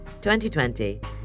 2020